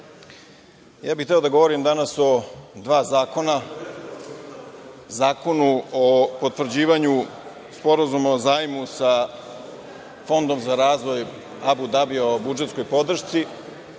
ja bih hteo da govorim danas o dva zakona, zakonu o potvrđivanju Sporazuma o zajmu sa Fondom za razvoj Abu Dabija o budžetskoj podršci